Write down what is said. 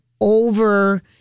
over